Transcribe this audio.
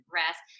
rest